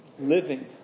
living